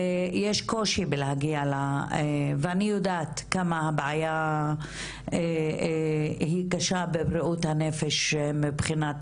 יש קושי בלהגיע ואני יודעת כמה הבעיה היא קשה בבריאות הנפש מבחינת